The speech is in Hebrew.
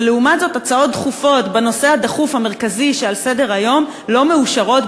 ולעומת זאת הצעות דחופות בנושא הדחוף המרכזי שעל סדר-היום לא מאושרות,